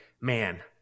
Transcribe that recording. man